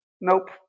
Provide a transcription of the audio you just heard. Nope